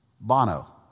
Bono